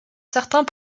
certains